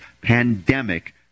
pandemic